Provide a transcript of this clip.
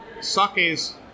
sake's